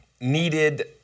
needed